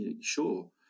sure